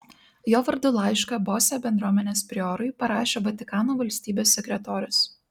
jo vardu laišką bose bendruomenės priorui parašė vatikano valstybės sekretorius